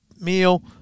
meal